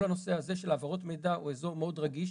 כל הנושא הזה של העברות מידע הוא אזור מאוד רגיש.